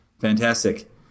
Fantastic